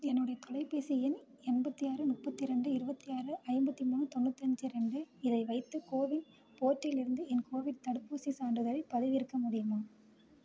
என்னுடைய தொலைபேசி எண் எண்பத்தி ஆறு முப்பத்திரெண்டு இருபத்தி ஆறு ஐம்பத்தி மூணு தொண்ணூத்தஞ்சு ரெண்டு இதை வைத்து கோவின் போர்ட்டில்லிருந்து என் கோவிட் தடுப்பூசி சான்றிதழை பதிவிறக்க முடியுமா